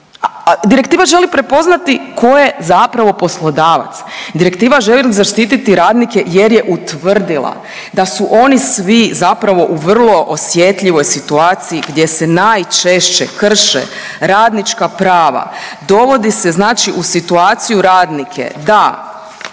direktiva želi prepoznati ko je zapravo poslodavac, direktiva želi zaštititi radnike jer je utvrdila da su oni svi zapravo u vrlo osjetljivoj situaciji gdje se najčešće krše radnička prava, dovodi se znači u situaciju radnike da